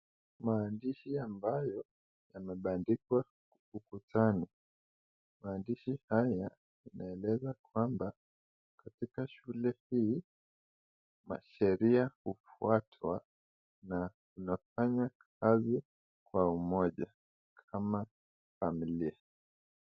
Maandiahi ambayo yamebandikwa ukutani. Maandiahi haya yanaeleza kwamba katika shule hii masheria hufuatwa na wanafanya kazi kwa umoja kama familia.